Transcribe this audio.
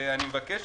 אני מבקש